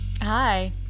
Hi